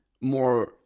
more